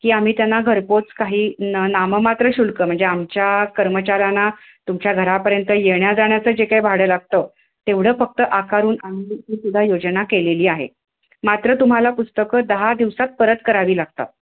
की आम्ही त्यांना घरपोच काही न नाममात्र शुल्क म्हणजे आमच्या कर्मचाऱ्यांना तुमच्या घरापर्यंत येण्या जाण्याचं जे काही भाडं लागतं तेवढं फक्त आकारून आम्ही हीसुद्धा योजना केलेली आहे मात्र तुम्हाला पुस्तकं दहा दिवसात परत करावी लागतात